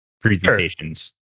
Presentations